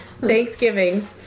Thanksgiving